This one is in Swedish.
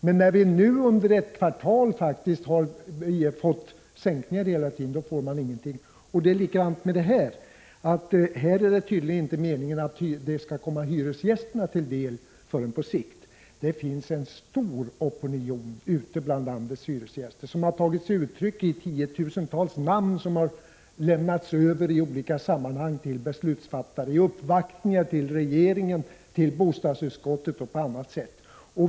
Men när vi nu faktiskt under ett kvartal haft sänkningar hela tiden, då får hyresgästerna ingenting. Det är likadant här — det är tydligen inte meningen att sänkningarna skall komma hyresgästerna till del förrän på sikt. Men det finns en stor opinion bland landets hyresgäster som tagit sig uttryck i tiotusentals namnunderskrifter som lämnats över i olika sammanhang till beslutsfattare och vid uppvaktningar till regeringen, till bostadsutskottet och på annat sätt.